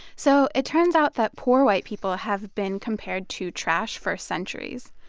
so it turns out that poor white people have been compared to trash for centuries.